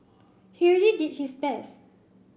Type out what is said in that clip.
he already did his best